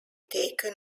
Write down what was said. taken